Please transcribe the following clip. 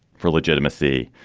for legitimacy.